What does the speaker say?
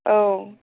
औ